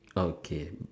okay